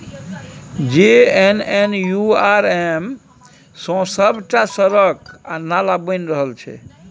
JNNURM सँ सभटा सड़क आ नाला बनि रहल छै